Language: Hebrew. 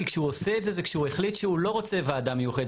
כי כשהוא עושה את זה - זה כשהוא החליט שהוא לא רוצה ועדה מיוחדת.